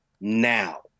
now